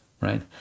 right